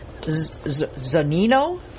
Zanino